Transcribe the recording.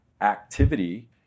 activity